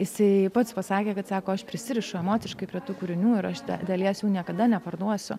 jisai pats pasakė kad sako aš prisirišu emociškai prie tų kūrinių ir aš net dalies jų niekada neparduosiu